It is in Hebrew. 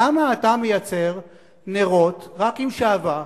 למה אתה מייצר נרות רק עם שעווה,